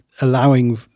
allowing